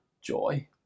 joy